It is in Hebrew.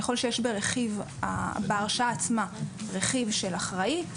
ככל שיש בהרשעה עצמה רכיב של אחראי,